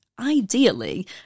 ideally